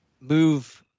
move –